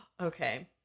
Okay